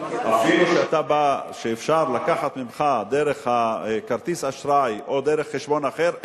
אפילו כשאתה בא ואפשר לקחת ממך דרך הכרטיס אשראי או דרך חשבון אחר,